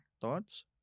Thoughts